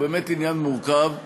הוא באמת עניין מורכב,